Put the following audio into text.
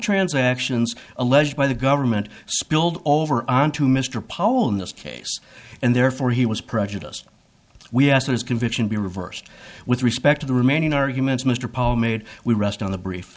transactions alleged by the government spilled over onto mr powell in this case and therefore he was prejudiced we ask his conviction be reversed with respect to the remaining arguments mr powell made we rest on the brief